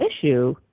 issue